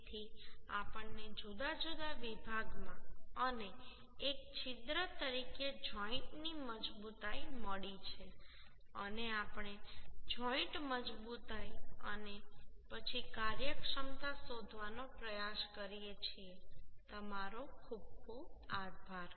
તેથી આપણને જુદા જુદા વિભાગમાં અને એક છિદ્ર તરીકે જોઈન્ટની મજબૂતાઈ મળી છે અને આપણે જોઈન્ટ મજબૂતાઈ અને પછી કાર્યક્ષમતા શોધવાનો પ્રયાસ કરીએ છીએ તમારો ખૂબ ખૂબ આભાર